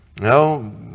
No